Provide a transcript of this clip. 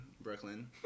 Brooklyn